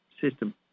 system